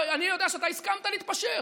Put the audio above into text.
ואני יודע שאתה הסכמת להתפשר.